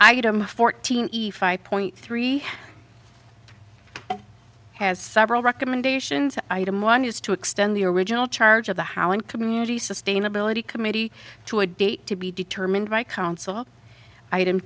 item fourteen point three has several recommendations item one is to extend the original charge of the hauen community sustainability committee to a date to be determined by council item